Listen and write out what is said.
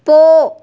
போ